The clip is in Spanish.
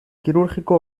quirúrgico